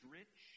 rich